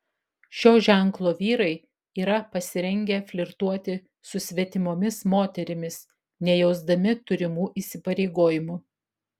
šio ženklo vyrai yra pasirengę flirtuoti su svetimomis moterimis nejausdami turimų įsipareigojimų